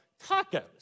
tacos